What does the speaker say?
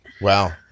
Wow